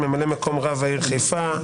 ממלא-מקום רב העיר חיפה,